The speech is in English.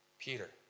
Peter